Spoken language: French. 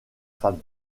femme